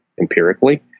empirically